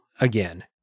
again